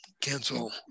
cancel